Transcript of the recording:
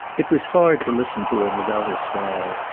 it was hard to listen to him without a smile,